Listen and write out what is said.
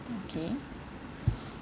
okay